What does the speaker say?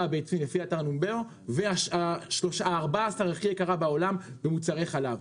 הביצים וה-14 הכי יקרה בעולם במוצרי חלב.